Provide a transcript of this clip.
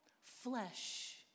flesh